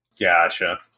Gotcha